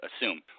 assume